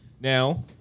Now